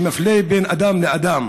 שמפלה בין אדם לאדם